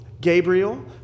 Gabriel